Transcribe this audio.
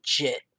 legit